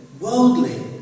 worldly